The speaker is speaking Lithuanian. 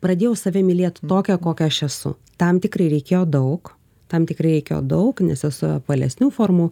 pradėjau save mylėt tokią kokia aš esu tam tikrai reikėjo daug tam tikrai reikėjo daug nes esu apvalesnių formų